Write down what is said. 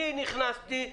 אני נכנסתי.